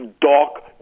dark